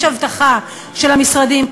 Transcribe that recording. יש הבטחה של המשרדים,